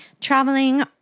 traveling